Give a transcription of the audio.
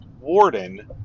Warden